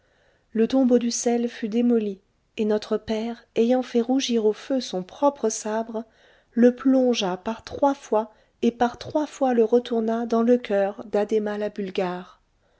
le tombeau d'uszel fut démoli et notre père ayant fait rougir au feu son propre sabre le plongea par trois fois et par trois fois le retourna dans le coeur d'addhéma la bulgare